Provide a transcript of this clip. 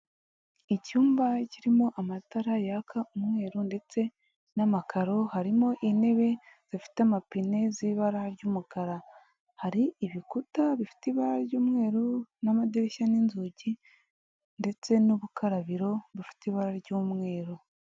Icyumba kirimo amatara yaka umweru ndetse n'amakaro, harimo intebe zifite amapine, z'ibara ry'umukara. Hari ibikuta bifite ibara ry'umweru, n'amadirishya, n'inzugi, ndetse n'urukarabiro bufite ibara ry'umweru.